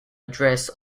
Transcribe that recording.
address